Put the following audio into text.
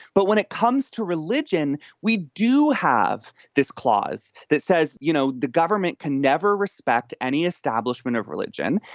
but when it comes to religion, we do have this clause that says, you know, the government can never respect any establishment of religion.